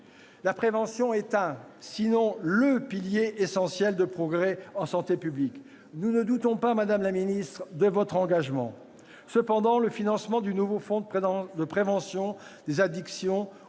La prévention est un, sinon le, pilier essentiel du progrès en santé publique. Nous ne doutons pas, madame la ministre, de votre engagement. Cependant, le financement du nouveau fonds de lutte contre les addictions